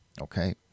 Okay